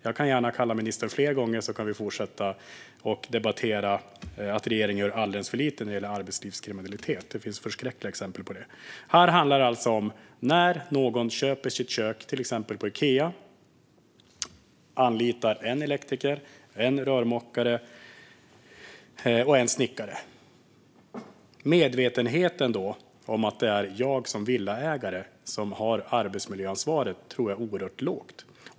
Jag kan gärna kalla ministern fler gånger, så kan vi fortsätta debattera att regeringen gör alldeles för lite när det gäller arbetslivskriminalitet. Det finns förskräckliga exempel på det. Här handlar det alltså till exempel om när en villaägare köper sitt kök på Ikea och anlitar en elektriker, en rörmokare och en snickare. Medvetenheten hos villaägarna om att det då är de själva som har arbetsmiljöansvaret tror jag är oerhört låg.